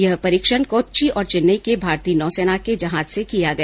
यह परीक्षण कोच्चि और चैन्नई के भारतीय नौसेना के जहाज से किया गया